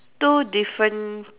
two different